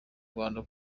rwanda